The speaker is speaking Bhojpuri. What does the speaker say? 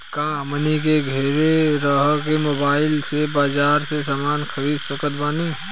का हमनी के घेरे रह के मोब्बाइल से बाजार के समान खरीद सकत बनी?